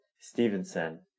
Stevenson